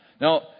Now